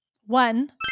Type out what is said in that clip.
One